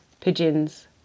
Pigeons